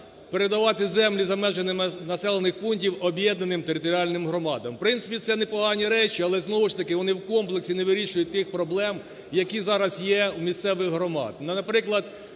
передавати землі за межі населених пунктів об'єднаним територіальним громадам. В принципі, це непогані речі, але знову ж таки вони у комплексі не вирішують тих проблем, які зараз є у місцевих громад.